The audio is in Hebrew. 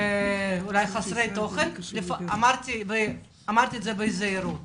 אמרתי בזהירות